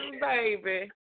baby